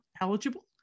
eligible